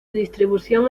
distribución